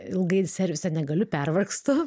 ilgai ir servise negaliu pervargstu